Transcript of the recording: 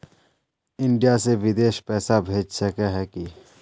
India से बिदेश पैसा भेज सके है की?